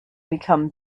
become